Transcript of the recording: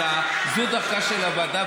אלא זו דרכה של הוועדה,